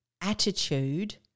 attitude